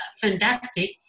fantastic